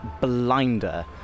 blinder